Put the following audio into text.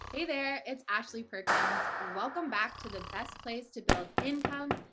hey there is ashley perkins. welcome back to the best place to build income,